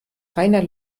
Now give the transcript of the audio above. reiner